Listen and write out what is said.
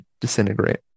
disintegrate